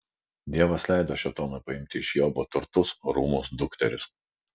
dievas leido šėtonui paimti iš jobo turtus rūmus dukteris